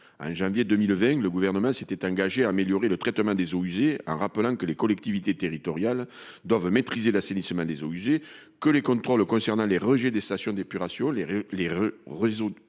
en janvier 2020, le gouvernement s'était engagé à améliorer le traitement des eaux usées en rappelant que les collectivités territoriales doivent maîtriser l'assainissement des eaux usées, que les contrôles concernant les rejets des stations d'épuration, les, les réseaux de plus